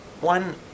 One